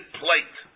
plate